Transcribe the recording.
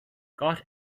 got